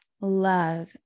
love